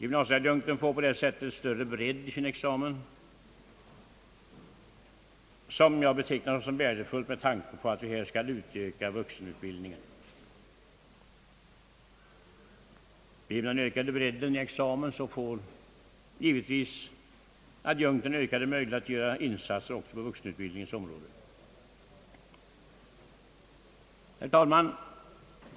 Gymnasieadjunkten får på det sättet större bredd i sin examen, vilket jag betecknar som värdefullt med tanke på utökningen av vuxenutbildningen. Genom den ökade bredden i examen får adjunkten givetvis ökade möjligheter att göra insatser även på vuxenutbildningens område. Herr talman!